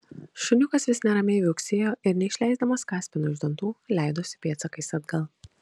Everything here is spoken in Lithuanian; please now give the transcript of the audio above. šuniukas vis neramiai viauksėjo ir neišleisdamas kaspino iš dantų leidosi pėdsakais atgal